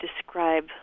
describe